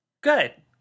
Good